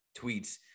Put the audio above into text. tweets